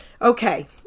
Okay